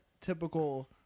typical